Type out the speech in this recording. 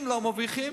אם הן לא מרוויחות,